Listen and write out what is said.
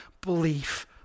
belief